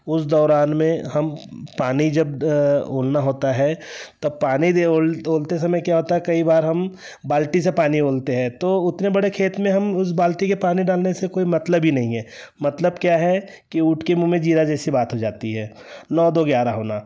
उस दौरान में हम पानी जब द उड़ना होता है तब पानी दे उल तो उबलते समय क्या होता है कई बार हम बाल्टी से पानी ओलते हैं तो उतने बड़े खेत में हम उस बाल्टी के पानी डालने से कोई मतलब ही नहीं है मतलब क्या है कि ऊँट के मुँह में जीरा जैसी बात हो जाती है नौ दो ग्यारह होना